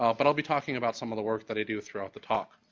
um but i'll be talking about some of the work that i do throughout the talk.